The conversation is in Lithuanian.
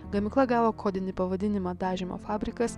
gamykla gavo kodinį pavadinimą dažymo fabrikas